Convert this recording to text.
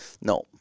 No